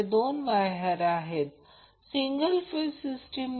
तर ही दोन वायर सिंगल फेज सिस्टम आहे